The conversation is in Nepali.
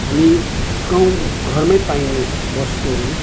हामी गाउँघरमै पाइने वस्तुहरू